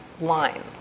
line